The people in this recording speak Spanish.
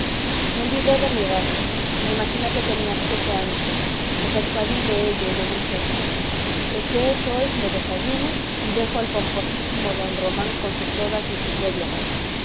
me olvidé de mi edad me imaginé que tenía siete años me persuadí de ello y me dije lo que es hoy me desayuno y dejo al pomposísimo don román con sus odas y sus